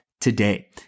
today